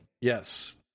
Yes